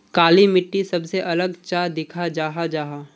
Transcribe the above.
काली मिट्टी सबसे अलग चाँ दिखा जाहा जाहा?